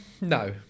No